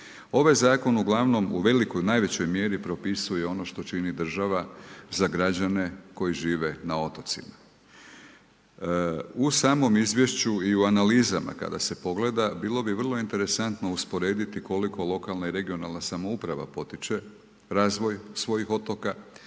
Ovaj zakon uglavnom u velikoj, najvećoj mjeri propisuje ono što čini država za građane koji žive na otocima. U samom izvješću i u analizama kada se pogleda bilo bi vrlo interesantno usporediti koliko lokalna i regionalna samouprava potiče razvoj svojih otoka